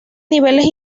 niveles